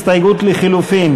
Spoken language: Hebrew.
הסתייגות לחלופין.